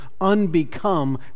unbecome